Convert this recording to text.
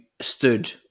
stood